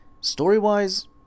Story-wise